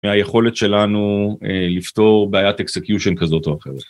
מהיכולת שלנו לפתור בעיית אקסקיושן כזאת או אחרת.